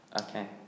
Okay